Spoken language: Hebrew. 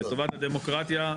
לטובת הדמוקרטיה.